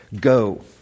Go